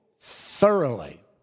thoroughly